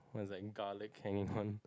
what's that garlic hanging on